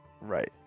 right